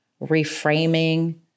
reframing